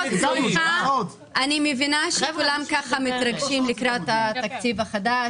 מבינה שכולם מתרגשים לקראת התקציב החדש,